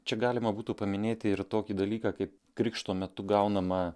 čia galima būtų paminėti ir tokį dalyką kaip krikšto metu gaunamą